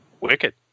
Wicked